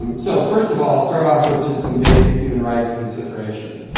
and so, first of all, i'll start off with just some basic human rights considerations.